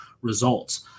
results